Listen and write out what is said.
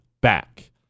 back